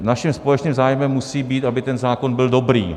Naším společným zájmem musí být, aby ten zákon byl dobrý.